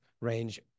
range